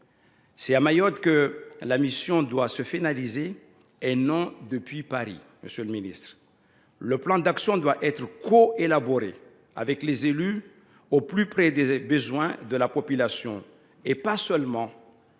C’est à Mayotte que la mission doit se finaliser et non depuis Paris, monsieur le ministre. Le plan d’action doit être élaboré conjointement avec les élus, au plus près des besoins de la population, et non pas seulement